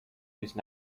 whose